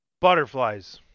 Butterflies